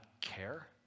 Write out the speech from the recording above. care